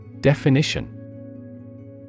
Definition